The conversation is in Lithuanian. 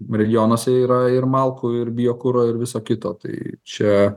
regionuose yra ir malkų ir biokuro ir viso kito tai čia